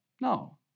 No